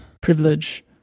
privilege